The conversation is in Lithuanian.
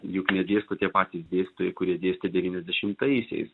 juk nedėsto tie patys dėstytojai kurie dėstė devyniasdešimtaisiais